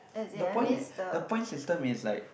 the point is the point system is like